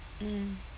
mm